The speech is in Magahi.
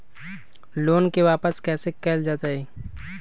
लोन के वापस कैसे कैल जतय?